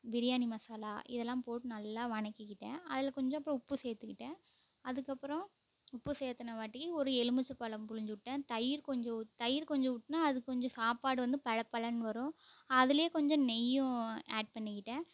பிரியாணி மசாலா இதெல்லாம் போட்டு நல்லா வணக்கிக்கிட்டேன் அதில் கொஞ்சம் அப்புறம் உப்பு சேர்த்துக்கிட்டேன் அதுக்கப்புறம் உப்பு சேர்த்துனவாட்டிக்கு ஒரு எலுமிச்சம் பழம் புழிஞ்சி விட்டேன் தயிர் கொஞ்சம் ஊத் தயிர் கொஞ்சம் உட்டோனா அது கொஞ்சம் சாப்பாடு வந்து பொல பொலன்னு வரும் அதுலேயே கொஞ்சம் நெய்யும் ஆட் பண்ணிக்கிட்டேன்